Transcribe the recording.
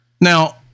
Now